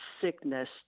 sickness